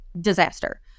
disaster